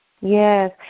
Yes